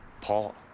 paul